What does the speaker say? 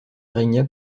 régna